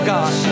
God